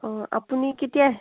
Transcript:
অঁ আপুনি কেতিয়া